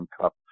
Cup